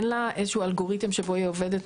אין לה איזשהו אלגוריתם שבו היא עובדת,